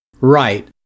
Right